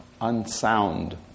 unsound